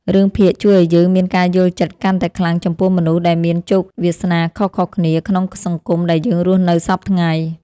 រឿងភាគជួយឱ្យយើងមានការយល់ចិត្តកាន់តែខ្លាំងចំពោះមនុស្សដែលមានជោគវាសនាខុសៗគ្នាក្នុងសង្គមដែលយើងរស់នៅសព្វថ្ងៃ។